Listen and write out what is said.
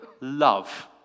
love